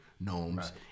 Gnomes